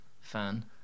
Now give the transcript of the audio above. fan